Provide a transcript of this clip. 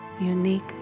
unique